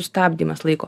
stabdymas laiko